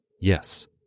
Yes